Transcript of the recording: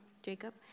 Jacob